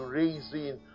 raising